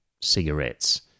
cigarettes